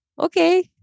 okay